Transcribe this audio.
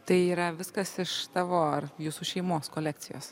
tai yra viskas iš tavo ar jūsų šeimos kolekcijos